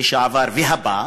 לשעבר והבא,